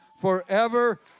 forever